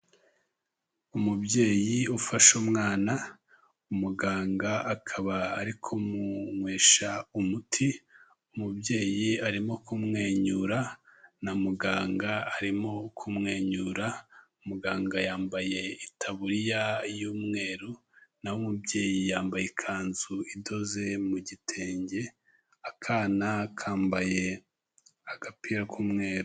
Umubyeyi ufasha umwana, umuganga akaba ari kumuywesha umuti. Umubyeyi arimo kumwenyura na muganga arimo kumwenyura, muganga yambaye itaburiya y'umweru, naho umubyeyi yambaye ikanzu idoze mu gitenge, akana kambaye agapira k'umweru.